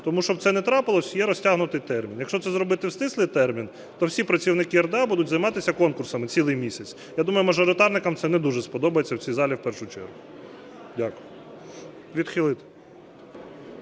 Тому, щоб цього не трапилося, є розтягнутий термін. Якщо це зробити в стислий термін, то всі працівники РДА будуть займатися конкурсами цілий місяць. Я думаю, мажоритарникам це не дуже сподобається в цій залі в першу чергу. Дякую. Відхилити.